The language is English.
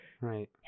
Right